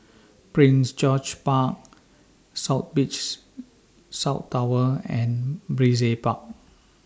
Prince George's Park South Beach South Tower and Brizay Park